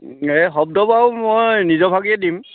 এই শব্দ বাৰু মই নিজৰভাগিয়ে দিম